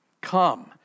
Come